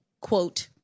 quote